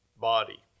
body